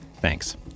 Thanks